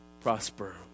prosper